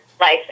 life